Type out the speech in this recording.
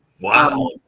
Wow